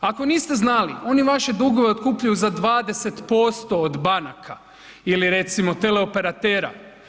Ako niste znali oni vaše dugove otkupljuju za 20% od banaka ili recimo teleoperatera.